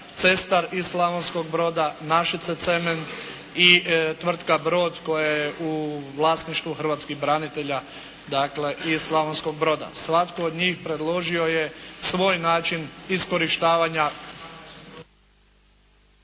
Cestar iz Slavonskog broda, Našice cement i tvrtka Brod koja je u vlasništvu hrvatskih branitelja, dakle, iz Slavonskog broda. Svatko od njih predložio je svoj način iskorištavanja